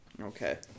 Okay